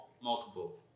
multiple